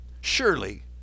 Surely